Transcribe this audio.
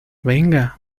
venga